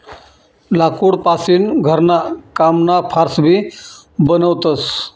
लाकूड पासीन घरणा कामना फार्स भी बनवतस